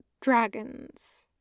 dragons